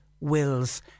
wills